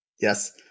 Yes